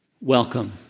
welcome